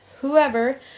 whoever